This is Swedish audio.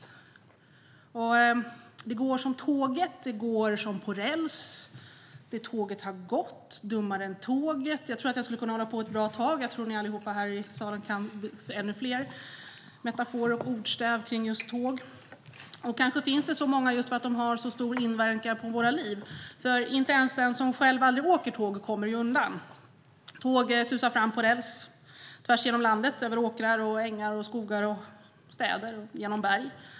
Det går som tåget. Det går som på räls. Det tåget har gått. Dummare än tåget. Jag tror att jag skulle kunna hålla på ett bra tag, och jag tror att alla här i salen kan ännu fler ordstäv kring just tåg. Kanske finns det så många därför att de har så stor inverkan på våra liv. Inte ens den som själv aldrig åker tåg kommer ju undan. Tåg susar fram på räls tvärs igenom landet, över åkrar och ängar, genom skogar, städer och berg.